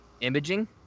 Imaging